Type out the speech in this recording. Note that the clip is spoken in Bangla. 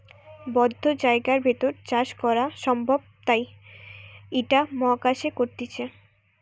বদ্ধ জায়গার ভেতর চাষ করা সম্ভব তাই ইটা মহাকাশে করতিছে